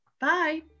Bye